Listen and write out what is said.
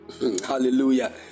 Hallelujah